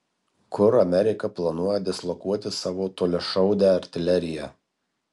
kur amerika planuoja dislokuoti savo toliašaudę artileriją